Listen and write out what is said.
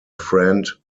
friend